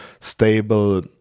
stable